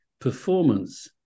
Performance